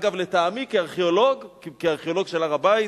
אגב, לטעמי, כארכיאולוג של הר-הבית,